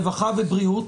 רווחה ובריאות,